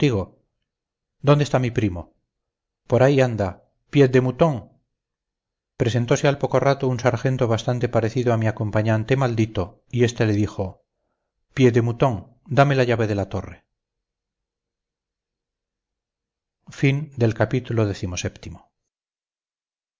dónde está mi primo por ahí anda pied de mouton presentose al poco rato un sargento bastante parecido a mi acompañante maldito y este le dijo pied de mouton dame la llave de la torre